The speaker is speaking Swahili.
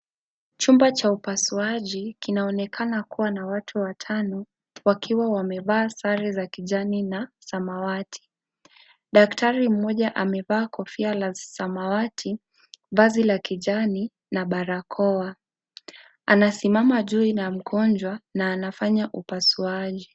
Chumba cha upasuaji kinaonekana kuwa na watu watano, wakiwa wamevaa sare za lijani na, samawati, daktari mmoja amevaa kofia la samawati, vazi la kijani, na barakoa, anasimama juu ya mgonjwa, na anafanya upasuaji.